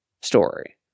story